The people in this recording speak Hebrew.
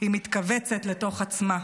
היא מתכווצת לתוך עצמה.